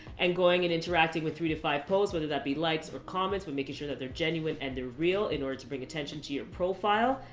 and going and interacting with three to five posts, whether that be likes or comments, we're making sure that they're genuine and they're real in order to bring attention to your profile.